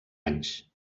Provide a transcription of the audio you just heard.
anys